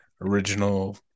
original